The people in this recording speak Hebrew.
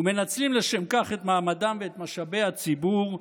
ומנצלים לשם כך את מעמדם ואת משאבי הציבור.